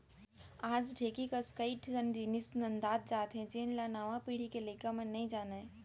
आज ढेंकी कस कई ठन जिनिस नंदावत जात हे जेन ल नवा पीढ़ी के लइका मन नइ जानयँ